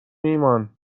ایمان